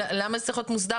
למה זה צריך להיות מוסדר?